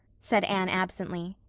said anne absently.